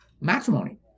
matrimony